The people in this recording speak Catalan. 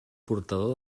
portador